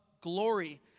glory